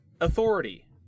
authority